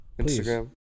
Instagram